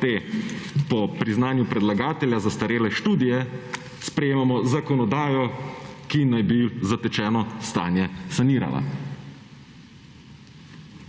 te po priznanju predlagatelja zastarele študije sprejemamo zakonodajo, ki naj bi zatečeno stanje sanirala.